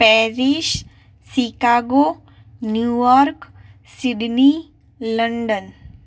Paris Chicago New York Sydney London